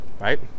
right